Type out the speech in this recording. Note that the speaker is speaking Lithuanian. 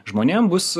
žmonėm bus